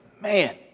man